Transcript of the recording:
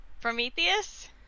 Prometheus